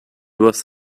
was